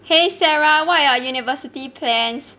!hey! sarah what are your university plans